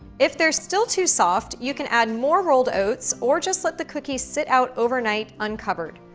if they're still too soft, you can add more rolled oats, or just let the cookies sit out overnight, uncovered.